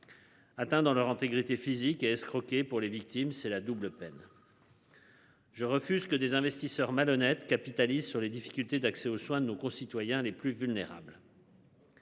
Atteints dans leur intégrité physique et escroquer pour les victimes, c'est la double peine. Je refuse que des investisseurs malhonnête capitalisent sur les difficultés d'accès aux soins de nos concitoyens les plus vulnérables.